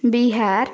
Bihar